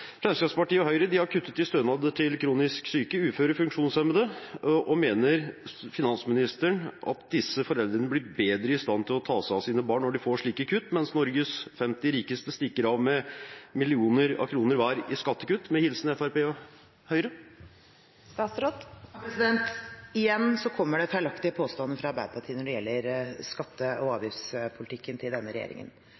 Fremskrittspartiet og Høyre har kuttet i stønaden til kronisk syke, uføre og funksjonshemmede. Mener finansministeren at disse foreldrene blir bedre i stand til å ta seg av sine barn når de får slike kutt, mens Norges 50 rikeste stikker av med millioner av kroner hver i skattekutt med hilsen Fremskrittspartiet og Høyre? Igjen kommer det feilaktige påstander fra Arbeiderpartiet når det gjelder skatte- og